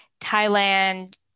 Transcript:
Thailand